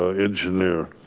ah engineer.